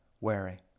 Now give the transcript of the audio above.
wary